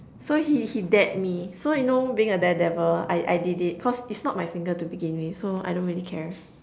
so he he dared me so you know being a daredevil I I did it cause it's not my finger to begin with so I don't really care